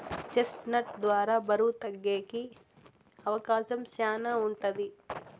chest నట్ ద్వారా బరువు తగ్గేకి అవకాశం శ్యానా ఉంటది